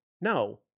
No